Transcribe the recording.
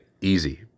Easy